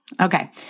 Okay